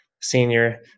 senior